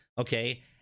Okay